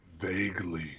vaguely